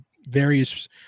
various